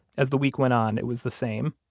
as the week went on, it was the same.